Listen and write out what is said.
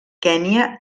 kenya